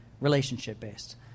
relationship-based